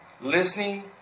Listening